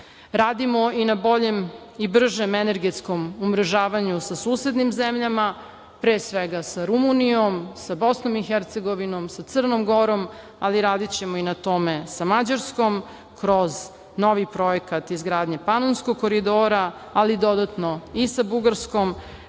i na boljem i bržem energetskom umrežavanju sa susednim zemljama, pre svega sa Rumunijom, sa BiH, sa Crnom Gorom, ali radićemo i na tome sa Mađarskom kroz novi projekat izgradnje Panonskog koridora, ali dodatno i sa Bugarskom,